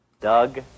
Doug